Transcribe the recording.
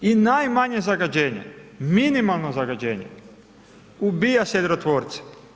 I najmanje zagađenje, minimalno zagađenje ubija sedrotvorce.